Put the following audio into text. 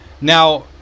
Now